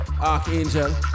Archangel